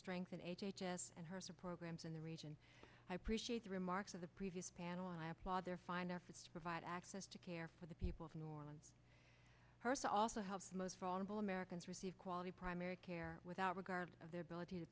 strengthen h h s and her programs in the region i appreciate the remarks of the previous panel i applaud their finances to provide access to care for the people of new orleans person also helps most vulnerable americans receive quality primary care without regard of their ability to